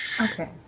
Okay